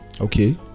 Okay